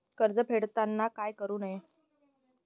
कर्ज फेडताना काय करु नये?